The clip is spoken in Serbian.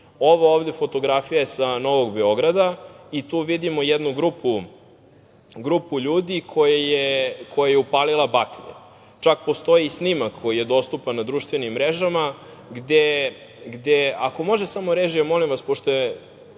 Ova ovde je fotografija sa Novog Beograda i tu vidimo jednu grupu ljudi koja je upalila baklje. Čak postoji i snimak koji je dostupan na društvenim mrežama, ako može samo režija, molim vas, pošto nije